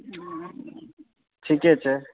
ठीके छै